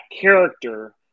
character